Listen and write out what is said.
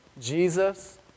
Jesus